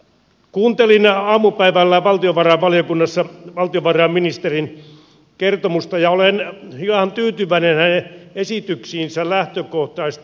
kuuntelin aamupäivällä valtiovarainvaliokunnassa valtiovarainministerin kertomusta ja olen ihan tyytyväinen hänen esityksiinsä lähtökohtaisesti